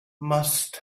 must